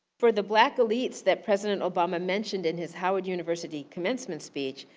for the black elites that president obama mentioned in his howard university commencement speech,